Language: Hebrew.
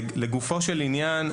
לגופו של עניין,